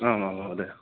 आम् आं महोदय